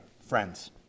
friends